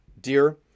dear